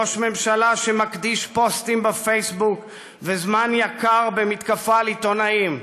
ראש ממשלה שמקדיש פוסטים בפייסבוק וזמן יקר במתקפה על עיתונאים.